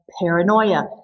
paranoia